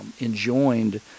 enjoined